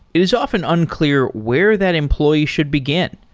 it is often unclear where that employee should begin.